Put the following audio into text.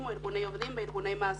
או בין ארגוני עובדים לארגוני מעסיקים.